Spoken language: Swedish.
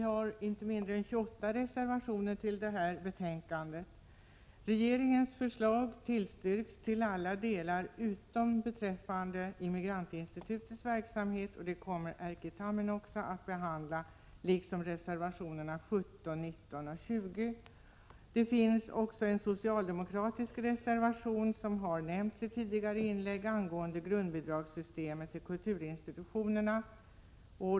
Herr talman! Till dagens betänkande finns fogat 28 reservationer. Regeringens förslag tillstyrks till alla delar utom beträffande anslag till Immigrantinstitutets verksamhet, där det finns en socialdemokratisk reservation nr 18, som Erkki Tammenoksa kommer att behandla, liksom beträffande reservationerna 17, 19 och 20. Det finns också en socialdemokratisk reservation angående grundbidragssystemet till kulturinstitutionerna.